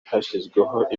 hashyizweho